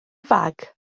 fag